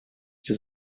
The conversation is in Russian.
эти